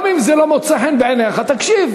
גם אם זה לא מוצא חן בעיניך, תקשיב.